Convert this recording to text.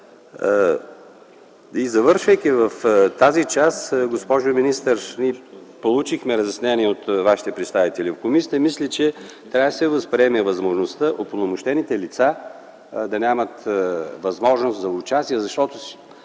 проблеми в тази област. Госпожо министър, ние получихме разяснения от вашите представители в комисията. Мисля, че трябва да се възприеме оправомощените лица да нямат възможност за участие, защото